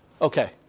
Okay